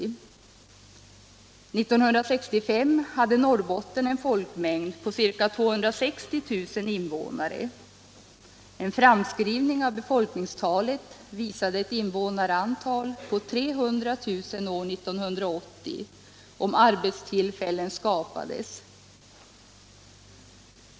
År 1965 hade Norrbotten en folkmängd på ca 260 000 invånare. En framskrivning av befolkningstalet visade ett invånarantal på 300 000 år 1980, om arbetstillfällen skapades.